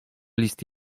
list